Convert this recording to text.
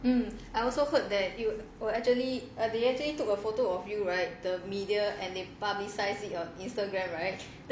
um I also heard that you will actually uh they actually took a photo of you right the media and they publicize it on instagram right